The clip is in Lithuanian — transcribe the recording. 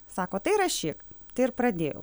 sako tai rašyk tai ir pradėjau